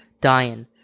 dying